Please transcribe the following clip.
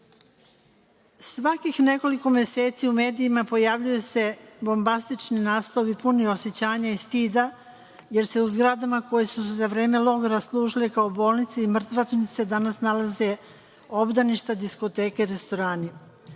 Svakih nekoliko meseci u medijima, pojavljuje se bombastični naslovi puni osećanja i stida, jer se u zgradama koje su za vreme logora služile kao bolnice i mrtvačnice, danas nalaze obdaništa, diskoteke, restorani. Predlog